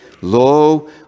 lo